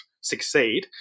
succeed